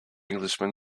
englishman